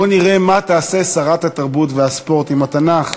בואו נראה מה תעשה שרת התרבות והספורט עם התנ"ך.